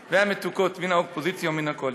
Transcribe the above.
והמתוקות מן האופוזיציה ומן הקואליציה,